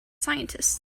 scientists